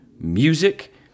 music